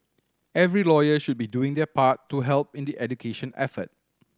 every lawyer should be doing their part to help in the education effort